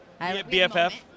BFF